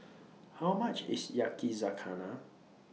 How much IS Yakizakana